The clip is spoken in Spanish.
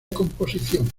composición